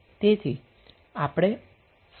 તેથી આપણે શુ લખી શકીએ